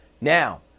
Now